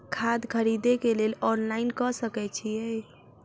खाद खरीदे केँ लेल ऑनलाइन कऽ सकय छीयै?